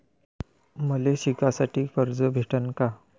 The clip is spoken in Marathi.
मले शिकासाठी कर्ज भेटन का?